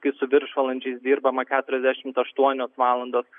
kai su viršvalandžiais dirbama keturiasdešimt aštuonias valandas